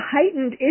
heightened